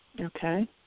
Okay